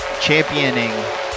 championing